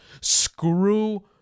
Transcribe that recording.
Screw